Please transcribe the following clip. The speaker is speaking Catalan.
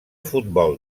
futbol